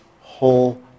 whole